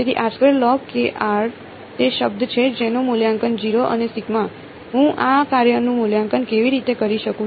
તેથી તે શબ્દ છે જેનું મૂલ્યાંકન 0 અને હું આ કાર્યનું મૂલ્યાંકન કેવી રીતે કરી શકું